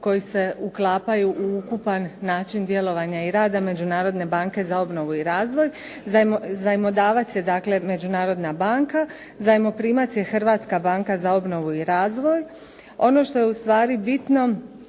koji se uklapaju u ukupan način djelovanja i rada Međunarodne banke za obnovu i razvoj, zajmodavac je dakle Međunarodna banka, zajmoprimac je Hrvatska banka za obnovu i razvoj. Ono što je ustvari bitno